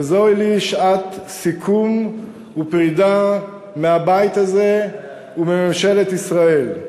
וזוהי לי שעת סיכום ופרידה מהבית הזה ומממשלת ישראל.